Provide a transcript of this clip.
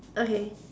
okay